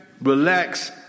relax